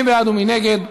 מי בעד ומי נגד?